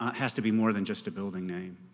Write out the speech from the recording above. has to be more than just a building name